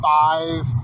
five